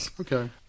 Okay